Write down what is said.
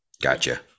Gotcha